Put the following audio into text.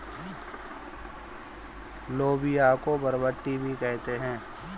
लोबिया को बरबट्टी भी कहते हैं